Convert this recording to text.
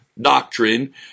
doctrine